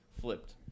flipped